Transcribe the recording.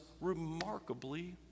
remarkably